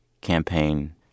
campaign